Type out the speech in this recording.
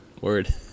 Word